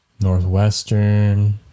Northwestern